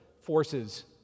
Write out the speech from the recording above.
forces